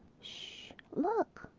sh look!